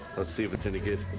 let's see if it's any good